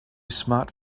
smart